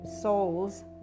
souls